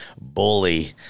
bully